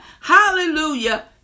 hallelujah